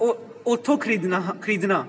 ਉਹ ਉੱਥੋਂ ਖਰੀਦਣਾ ਹਾਂ ਖਰੀਦਣਾ